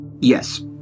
Yes